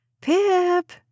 Pip